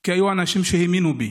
כי היו אנשים שהאמינו בי.